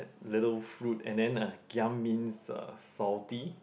that little fruit and then uh giam uh means salty